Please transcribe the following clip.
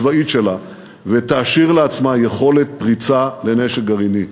הצבאית שלה ותשאיר לעצמה יכולת פריצה לנשק גרעיני.